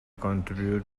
contribute